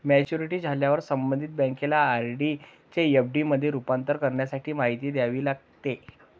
maturity झाल्यावर संबंधित बँकेला आर.डी चे एफ.डी मध्ये रूपांतर करण्यासाठी माहिती द्यावी लागते